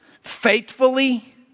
faithfully